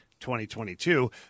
2022